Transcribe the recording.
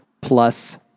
plus